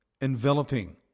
enveloping